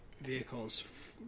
vehicles